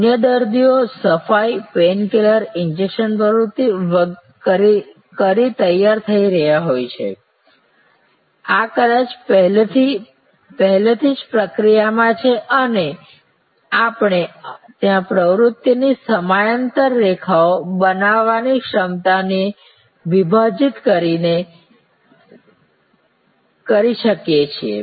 અન્ય દર્દીઓ સફાઈ પેઈન કિલર ઈન્જેક્શન પ્રવૃત્તિ કરી તૈયાર થઈ રહ્યા છે આ કદાચ પહેલેથી જ પ્રક્રિયામાં છે અને આપણે ત્યાં પ્રવૃત્તિની સમાંતર રેખાઓ બનાવવાની ક્ષમતાને વિભાજિત કરીને કરી શકીએ છીએ